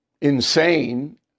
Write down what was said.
insane